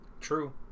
True